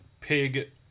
pig